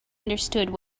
understood